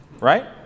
right